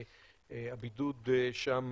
הבידוד שם